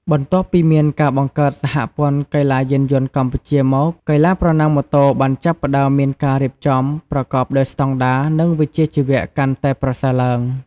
បន្ទាប់ពីមានការបង្កើត សហព័ន្ធកីឡាយានយន្តកម្ពុជាមក កីឡាប្រណាំងម៉ូតូបានចាប់ផ្តើមមានការរៀបចំប្រកបដោយស្តង់ដារ និងវិជ្ជាជីវៈកាន់តែប្រសើរឡើង។